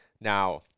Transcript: Now